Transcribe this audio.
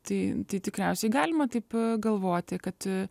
tai tai tikriausiai galima taip pagalvoti kad